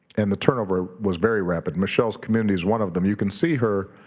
and the turnover was very rapid. michelle's community is one of them. you can see her,